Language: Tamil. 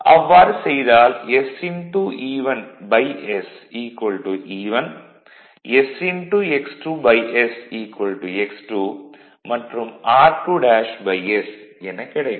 அவ்வாறு செய்தால் sE1s E1 sx2s x2 மற்றும் r2's எனக் கிடைக்கும்